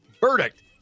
verdict